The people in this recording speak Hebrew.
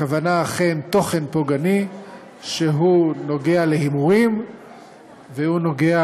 הכוונה היא תוכן פוגעני שנוגע להימורים ונוגע